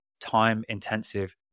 time-intensive